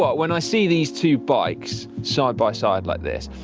but when i see these two bikes side by side like this,